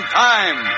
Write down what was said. time